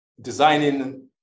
designing